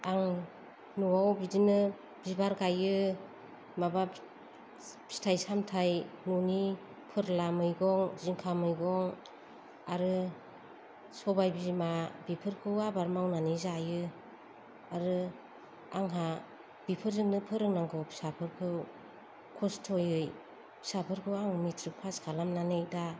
आं न'आव बिदिनो बिबार गायो माबा फिथाय सामथाय न'नि फोरला मैगं जिंखा मैगं आरो सबाय बिमा बेफोरखौ आबाद मावनानै जायो आरो आंहा बेफोरजोंनो फोरोंनांगौ फिसाफोरखौ खसथ'यै फिसाफोरखौ आं मेट्रिक पास खालामनानै दा